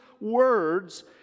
words